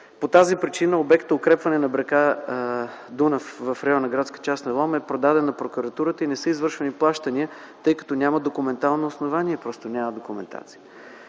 По тази причина обектът „Укрепване на брега на р. Дунав” в района на градската част на Лом е предаден на Прокуратурата и не са извършвани плащания, тъй като няма документално основание, просто няма документация.